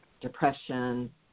depression